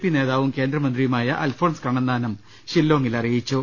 P നേതാവും കേന്ദ്രമന്ത്രിയുമായ അൽഫോൺസ് കണ്ണന്താനം ഷില്ലോംഗിൽ അറിയിച്ചു